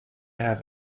have